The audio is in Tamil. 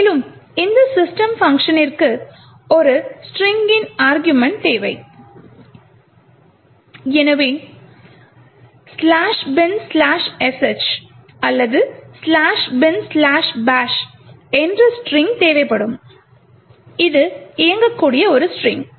மேலும் இந்த system பங்க்ஷனிஒரு ஸ்ட்ரிங்கின் அருகுமெண்ட் தேவை எனவே ""binsh"" அல்லது ""binbash"" போன்ற ஸ்ட்ரிங்க் தேவைப்படும் இது இயங்கக்கூடிய ஒரு ஸ்ட்ரிங்க்